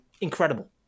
incredible